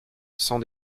sans